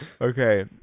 okay